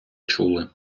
чули